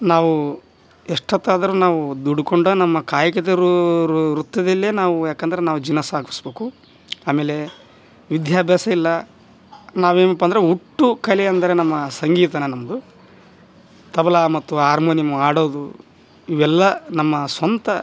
ನಾವು ಎಷ್ಟೊತ್ತಾದರೂ ನಾವು ದುಡ್ಕೊಂಡು ನಮ್ಮ ಕಾಯಕದೋರುರು ವೃತ್ತಿಯಲ್ಲಿಯೇ ನಾವು ಯಾಕಂದ್ರ ನಾವು ಜೀವನ ಸಾಗಿಸಬೇಕು ಆಮೇಲೆ ವಿದ್ಯಾಭ್ಯಾಸ ಇಲ್ಲ ನಾವೇನಪ್ಪ ಅಂದ್ರ ಹುಟ್ಟು ಕಲೆ ಅಂದರೆ ನಮ್ಮ ಸಂಗೀತನಾ ನಮ್ಮದು ತಬಲಾ ಮತ್ತು ಹಾರ್ಮೋನಿಯಮ್ ಹಾಡೋದು ಇವೆಲ್ಲ ನಮ್ಮ ಸ್ವಂತ